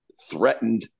threatened